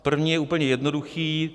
První je úplně jednoduchý.